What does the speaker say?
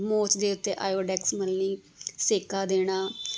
ਮੋਚ ਦੇ ਉੱਤੇ Iodex ਮਲਣੀ ਸੇਕਾ ਦੇਣਾ